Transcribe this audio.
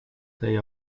they